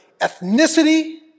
ethnicity